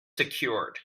secured